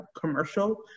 commercial